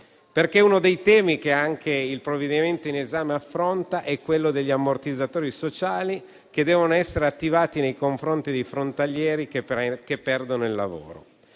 perché uno dei temi che anche il provvedimento in esame affronta è quello degli ammortizzatori sociali che devono essere attivati nei confronti dei frontalieri che perdono il lavoro.